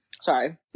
Sorry